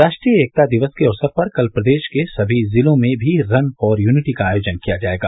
राष्ट्रीय एकता दिवस के अवसर पर कल प्रदेश के सभी जिलों में भी रन फॉर यूनिटी का आयोजन किया जायेगा